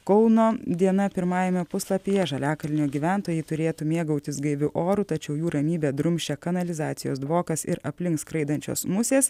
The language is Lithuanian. kauno diena pirmajame puslapyje žaliakalnio gyventojai turėtų mėgautis gaiviu oru tačiau jų ramybę drumsčia kanalizacijos dvokas ir aplink skraidančios musės